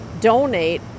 donate